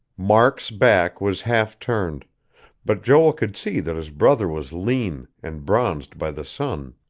mark's back was half-turned but joel could see that his brother was lean, and bronzed by the sun.